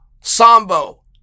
Sambo